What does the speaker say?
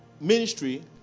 ministry